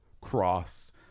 Cross